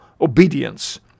obedience